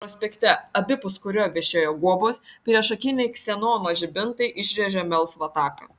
prospekte abipus kurio vešėjo guobos priešakiniai ksenono žibintai išrėžė melsvą taką